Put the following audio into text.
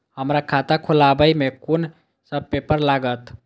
हमरा खाता खोलाबई में कुन सब पेपर लागत?